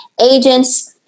agents